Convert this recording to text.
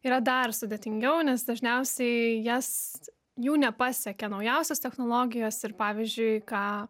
yra dar sudėtingiau nes dažniausiai jas jų nepasiekia naujausios technologijos ir pavyzdžiui ką